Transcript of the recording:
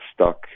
stuck